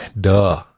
Duh